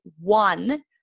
one